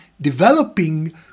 developing